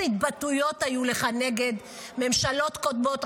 איזה התבטאויות היו לך נגד ממשלות קודמות,